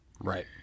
Right